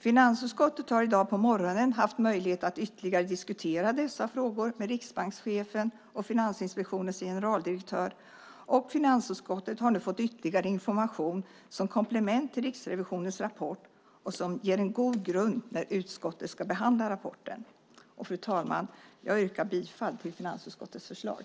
Finansutskottet har i dag på morgonen haft möjlighet att ytterligare diskutera dessa frågor med riksbankschefen och Finansinspektionens generaldirektör, och finansutskottet har nu fått ytterligare information som komplement till Riksrevisionens rapport som ger en god grund när utskottet ska behandla rapporten. Fru talman! Jag yrkar bifall till finansutskottets förslag.